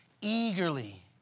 eagerly